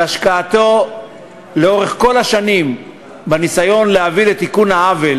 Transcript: על השקעתו לאורך כל השנים בניסיון להביא לתיקון העוול